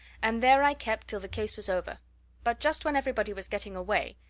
and there i kept till the case was over but just when everybody was getting away,